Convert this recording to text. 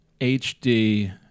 HD